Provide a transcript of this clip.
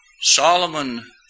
Solomon